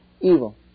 Evil